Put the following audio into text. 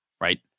right